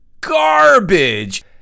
garbage